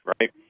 right